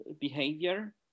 behavior